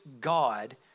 God